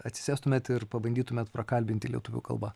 atsisėstumėt ir pabandytumėt prakalbinti lietuvių kalba